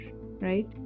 right